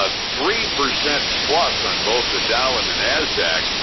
ah three percent plus on both the dow and the nasdaq,